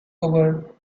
over